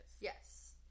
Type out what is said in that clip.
yes